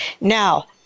Now